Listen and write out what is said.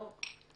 לא?